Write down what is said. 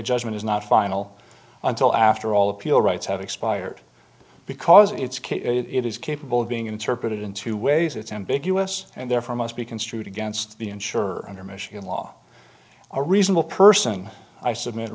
judgment is not final until after all appeal rights have expired because it's it is capable of being interpreted in two ways it's ambiguous and therefore must be construed against the insurer under michigan law a reasonable person i submit